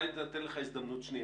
בזה שיכולה להינתן לך הזדמנות שנייה.